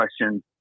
question